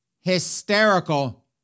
hysterical